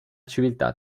civiltà